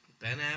Ben